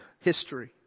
history